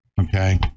Okay